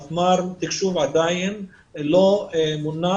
מפמ"ר תקשוב עדיין לא מונה,